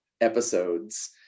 episodes